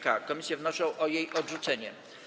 Komisje wnoszą o jej odrzucenie.